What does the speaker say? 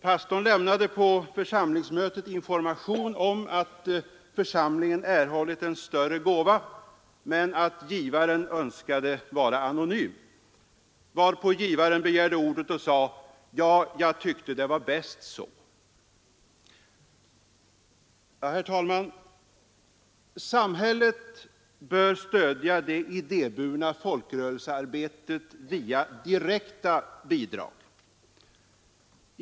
Pastorn lämnade på församlingsmötet information om att församlingen erhållit en större gåva men att givaren önskade vara anonym, varpå givaren begärde ordet och sade: ”Ja, jag tyckte att det var bäst så.” Herr talman! Samhället bör stödja det idéburna folkrörelsearbetet via direkta bidrag.